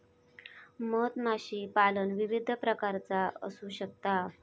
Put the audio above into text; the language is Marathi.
मधमाशीपालन विविध प्रकारचा असू शकता